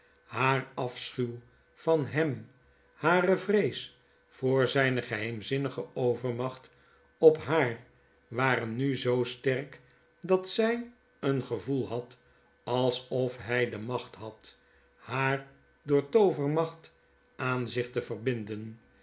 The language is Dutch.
haar afschuw van hem hare vrees voor zijne geheimzinnige overmacht op haar waren nu zoo sterk dat zij een gevoel had alsof hg de macht had haar door toovermacht aan zich te verbinden